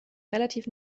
relativ